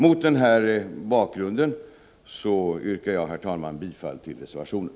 Mot den här bakgrunden yrkar jag, herr talman, bifall till reservationen.